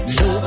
no